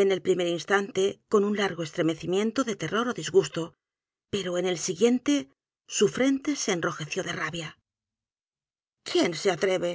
o r ó d i s g u s t o pero en el siguiente su frente se enrojeció de rabia quién se atreve